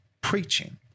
preaching